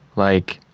like,